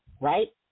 Right